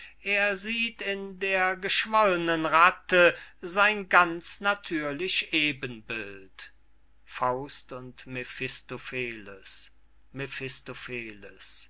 er sieht in der geschwollnen ratte sein ganz natürlich ebenbild faust und mephistopheles